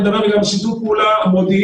ואני מדבר גם על שיתוף הפעולה המודיעיני.